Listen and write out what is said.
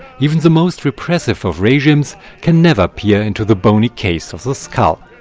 even the most repressive of regimes can never peer into the bony case of the skull.